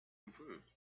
improved